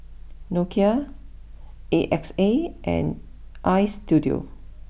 Nokia A X A and Istudio